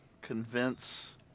convince